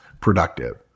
productive